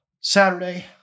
Saturday